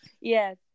yes